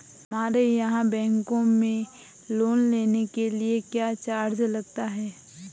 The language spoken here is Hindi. हमारे यहाँ बैंकों में लोन के लिए क्या चार्ज लगता है?